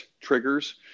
triggers